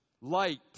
Light